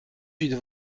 huit